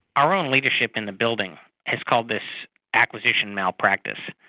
our own leadership in the building has called this acquisition malpractice.